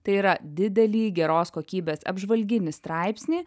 tai yra didelį geros kokybės apžvalginį straipsnį